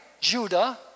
Judah